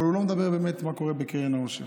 אבל הוא לא מדבר באמת על מה שקורה בקרן העושר.